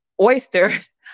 oysters